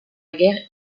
guerre